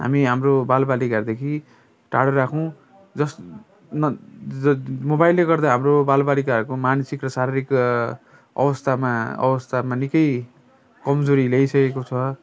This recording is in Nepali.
हामी हाम्रो बाल बालिकाहरूदेखि टाडो राखौँ जसमा मोबाइलले गर्दा हाम्रो बाल बालिकाहरूको मानसिक र शारीरिक अवस्थामा अवस्थामा निकै कमजोरी ल्याइसकेको छ